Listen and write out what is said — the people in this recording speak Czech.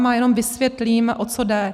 A jenom vysvětlím, o co jde.